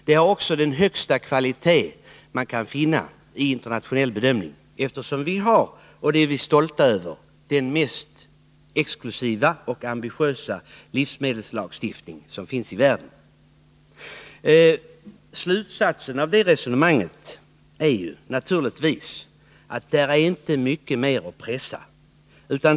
Vi har också den högsta kvalitet man kan finna vid en område internationell bedömning, eftersom vi har — och det är vi stolta över — den mest exklusiva och ambitiösa livsmedelslagstiftningen i världen. Slutsatsen av detta resonemang blir naturligtvis att här är inte så mycket mer att pressa.